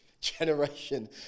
Generation